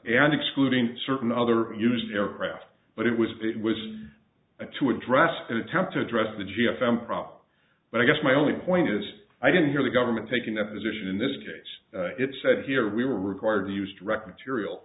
and excluding certain other used aircraft but it was it was to address and attempt to address the g f m problem but i guess my only point is i didn't hear the government taking a position in this case it said here we were required to use direct material